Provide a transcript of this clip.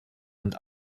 und